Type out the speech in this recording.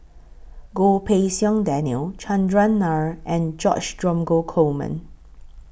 Goh Pei Siong Daniel Chandran Nair and George Dromgold Coleman